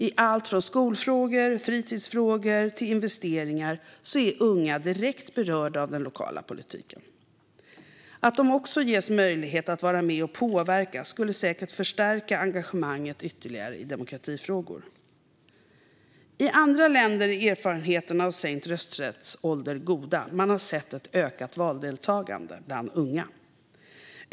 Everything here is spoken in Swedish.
I allt från skolfrågor och fritidsfrågor till investeringar är unga direkt berörda av den lokala politiken. Att de också ges möjlighet att vara med och påverka skulle säkert förstärka engagemanget ytterligare i demokratifrågor. I andra länder är erfarenheterna av sänkt rösträttsålder goda. Man har sett ett ökat valdeltagande bland unga.